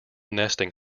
nesting